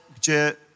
gdzie